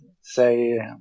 say